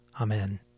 Amen